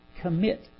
commit